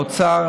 האוצר,